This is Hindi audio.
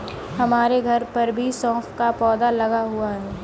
हमारे घर पर भी सौंफ का पौधा लगा हुआ है